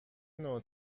نوع